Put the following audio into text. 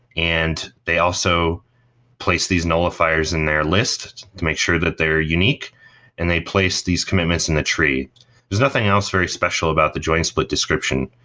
and they also place these nullifiers in their list to make sure that they're unique and they place these commitments in the tree there's nothing else very special about the join split description.